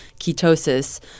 ketosis